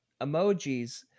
Emojis